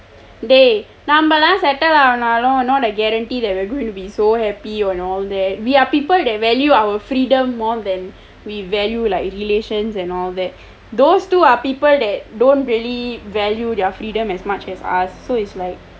dey நம்ம எல்லாம்:namma ellaam settle ஆனாலும்:aanaalum not a guarantee that we are going to be so happy and all that that we are people that value our freedom more than we value like relations and all that those two are people that don't really value their freedom as much as us so it's like